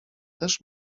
też